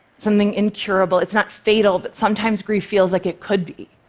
something incurable. it's not fatal, but sometimes grief feels like it could be.